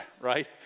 right